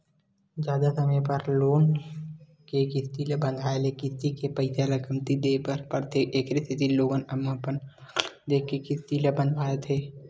जादा समे बर लोन के किस्ती ल बंधाए ले किस्ती के पइसा ल कमती देय बर परथे एखरे सेती लोगन अपन आवक ल देखके किस्ती ल बंधवाथे